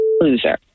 loser